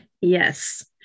yes